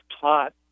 taught